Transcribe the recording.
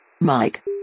Mike